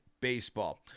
baseball